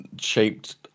shaped